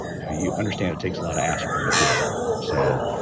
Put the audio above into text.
you know you understand it takes a lot of aspirin to feel better. so,